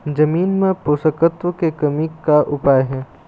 जमीन म पोषकतत्व के कमी का उपाय हे?